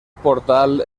portal